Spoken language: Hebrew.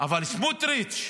אבל סמוטריץ'